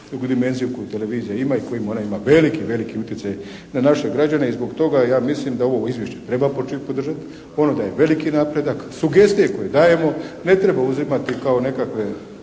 dimenziju koju televizija ima i u kojem ona ima veliki, veliki utjecaj na naše građane i zbog toga ja mislim da ovo Izvješće treba podržati, ono daje veliki napredak, sugestije koje dajemo ne treba uzimati kao nekakve